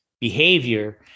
behavior